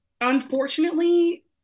unfortunately